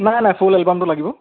নাই নাই ফুল এলবামটো লাগিব